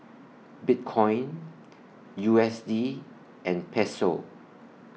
Bitcoin U S D and Peso